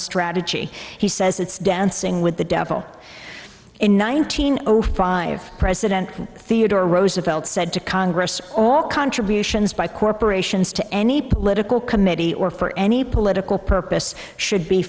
strategy he says it's dancing with the devil in nineteen zero five president theodore roosevelt said to congress or contributions by corporations to any political committee or for any political purpose should be